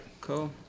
Cool